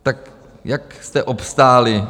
Tak jak jste obstáli?